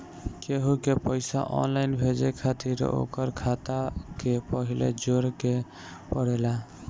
केहू के पईसा ऑनलाइन भेजे खातिर ओकर खाता के पहिले जोड़े के पड़ेला